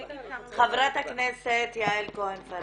חברת הכנסת יעל כהן פארן.